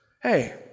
hey